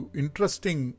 interesting